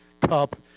cup